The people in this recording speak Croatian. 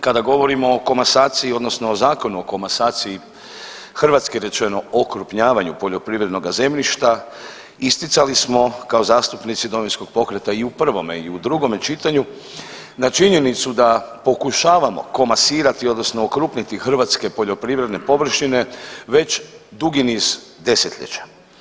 Kada govorimo o komasaciji odnosno o Zakonu o komasacije hrvatski rečeno okrupnjavanju poljoprivrednog zemljišta isticali smo kao zastupnici Domovinskog pokreta i u prvome i u drugome čitanju na činjenicu da pokušavamo komasirati odnosno okrupniti hrvatske poljoprivredne površine već dugi niz desetljeća.